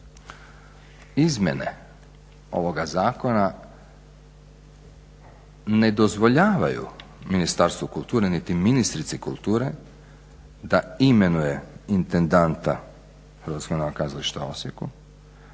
Izmjene ovoga zakona ne dozvoljavaju Ministarstvu kulture niti ministrici kulture da imenuje intendanta HNK u Osijeku